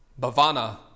Bhavana